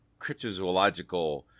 cryptozoological